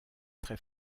très